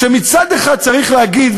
כשמצד אחד צריך להגיד,